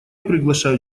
приглашаю